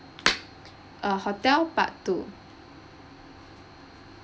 uh hotel part two